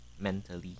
mentally